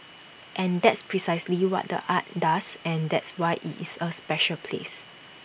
and that's precisely what the art does and that's why IT is A special place